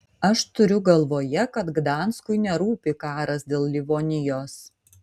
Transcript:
aš turiu galvoje kad gdanskui nerūpi karas dėl livonijos